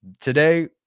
today